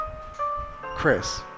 Chris